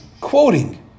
quoting